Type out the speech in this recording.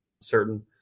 certain